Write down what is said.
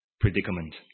predicament